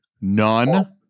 None